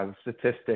Statistics